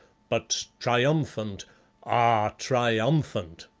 but triumphant ah, triumphant!